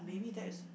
mm